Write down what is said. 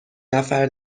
نفر